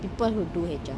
people who do H_R